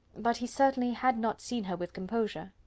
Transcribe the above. but he certainly had not seen her with composure.